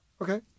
Okay